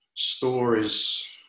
stories